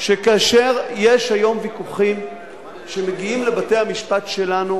כאשר יש היום ויכוחים שמגיעים לבתי-המשפט שלנו